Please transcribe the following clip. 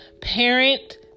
parent